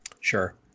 Sure